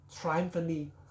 triumphantly